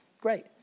Great